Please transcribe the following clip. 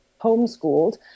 homeschooled